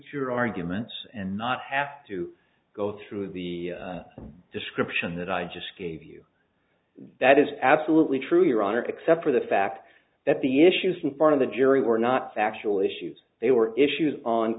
your arguments and not have to go through the description that i just gave you that is absolutely true your honor except for the fact that the issues in front of the jury were not factual issues they were issues on